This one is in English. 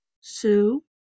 Sue